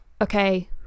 okay